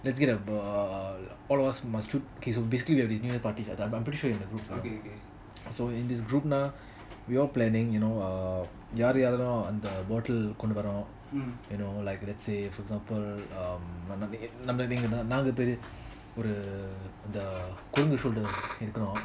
let's get uh all of us must so basically we have this new years party we were pretty sure in this group so in this group na we were all planning யாரு யாருலாம்:yaru yaarulam bottle கொண்டு வரோம்:kondu varom you know like let's say for example um நம்மள நீங்க நாங்க ஒரு அந்த கொரங்கு சொல்லடா இருக்கனும்:namala nenga nanga oru antha korangu solda irukanum